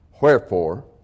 Wherefore